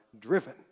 driven